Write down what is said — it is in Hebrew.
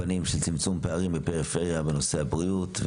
של צמצום הפערים בפריפריה בנושא הבריאות.